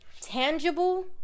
tangible